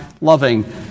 loving